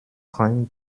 rein